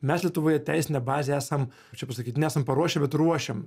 mes lietuvoje teisinę bazę esam kaip čia pasakyt nesam paruošę bet ruošiam